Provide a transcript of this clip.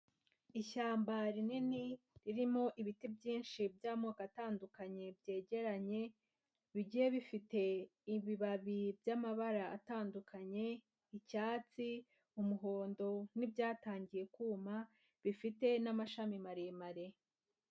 Ishyamba rinini ririmo ibiti byinshi by'amoko atandukanye byegeranye, bigiye bifite ibibabi by'amabara atandukanye, icyatsi, umuhondo n'ibyatangiye kuma bifite n'amashami maremare.